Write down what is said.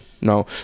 no